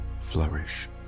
flourish